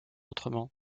autrement